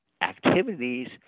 activities